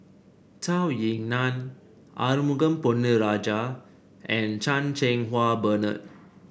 Zhou Ying Nan Arumugam Ponnu Rajah and Chan Cheng Wah Bernard